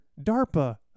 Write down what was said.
DARPA